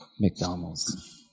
mcdonald's